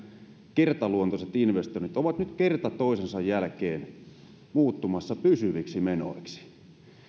kertaluontoiset investoinnit ovat nyt kerta toisensa jälkeen muuttumassa pysyviksi menoiksi